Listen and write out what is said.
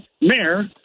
mayor